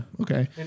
Okay